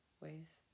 ways